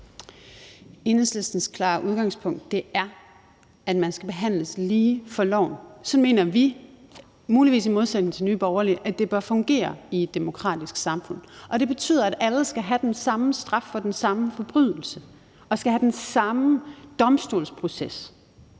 Enhedslistens klare udgangspunkt er, at man skal behandles lige for loven. Sådan mener vi, muligvis i modsætning til Nye Borgerlige, at det bør fungere i et demokratisk samfund. Og det betyder, at alle skal have den samme straf for den samme forbrydelse og skal have den samme domstolsproces.